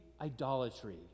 idolatry